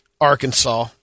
Arkansas